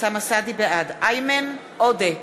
איימן עודה,